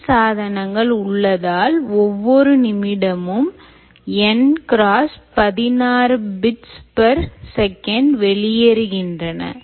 N சாதனங்கள் உள்ளதால் ஒவ்வொரு நிமிடமும் N×16bitssec வெளியேறுகின்றன